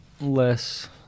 less